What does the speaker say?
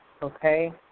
Okay